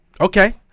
okay